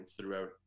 throughout